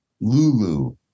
Lulu